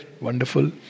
Wonderful